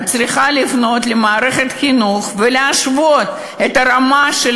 את צריכה לפנות למערכת החינוך ולהשוות את הרמה של